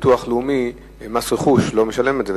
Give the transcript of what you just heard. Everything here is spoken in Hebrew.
הביטוח הלאומי, מס רכוש, לא משלם על זה.